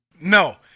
No